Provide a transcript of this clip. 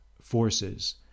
forces